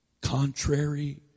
contrary